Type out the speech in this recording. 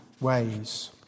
ways